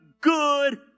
good